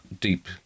deep